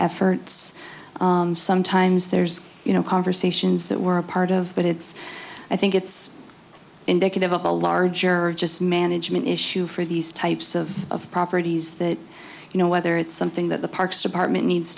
efforts sometimes there's you know conversations that were part of that it's i think it's indicative of a larger just management issue for these types of properties that you know whether it's something that the parks department needs